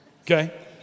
Okay